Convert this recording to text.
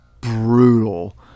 brutal